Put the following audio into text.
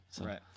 Right